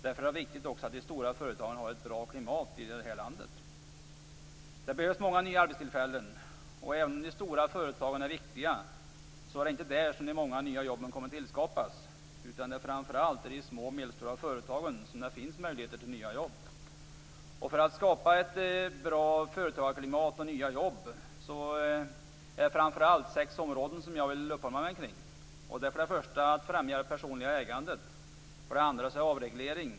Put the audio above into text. Därför är det också viktigt att de stora företagen har ett bra klimat i det här landet. Det behövs många nya arbetstillfällen. Även om de stora företagen är viktiga är det inte där som de många nya jobben kommer att tillskapas. Det är framför allt i de små och medelstora företagen som det finns möjligheter till nya jobb. För att kunna skapa ett bra företagarklimat och nya jobb skall vi framför allt inrikta oss på sex områden, och det är dem jag vill uppehålla mig omkring. Det gäller för det första att främja det personliga ägandet. För det andra gäller det avreglering.